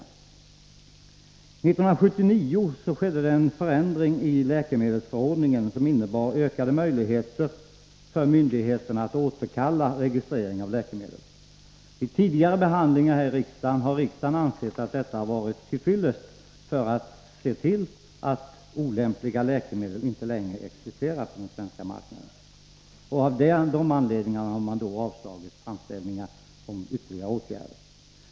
År 1979 skedde en förändring i läkemedelsförordningen, som innebar ökade möjligheter för myndigheterna att återkalla registrering av läkemedel. Vid tidigare riksdagsbehandlingar av den fråga som nu åter tas upp har riksdagen ansett möjligheten att återkalla registreringen av ett läkemedel vara till fyllest för att se till att olämpliga läkemedel inte längre existerar på den svenska marknaden. Av den anledningen har riksdagen alltså avslagit framställningar om ytterligare åtgärder.